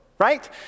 Right